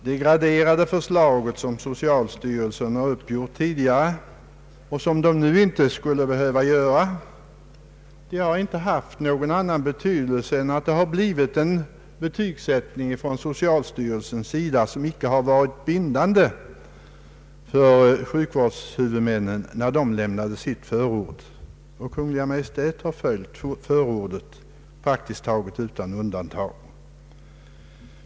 Det graderade förslag som socialstyrelsen gjort upp tidigare har inte haft någon annan betydelse än att socialstyrelsen här gjort en betygsättning, som dock inte varit bindande för sjukvårdshuvudmännen när de lämnat sitt förord. Kungl. Maj:t har också som jag redan nämnt praktiskt taget utan undantag följt sjukvårdshuvudmännens förord.